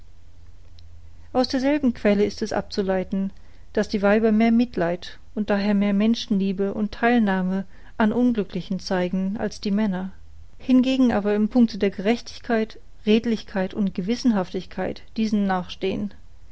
aus der selben quelle ist es abzuleiten daß die weiber mehr mitleid und daher mehr menschenliebe und theilnahme an unglücklichen zeigen als die männer hingegen aber im punkte der gerechtigkeit redlichkeit und gewissenhaftigkeit diesen nachstehn